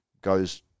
goes